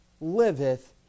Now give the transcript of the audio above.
liveth